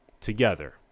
Together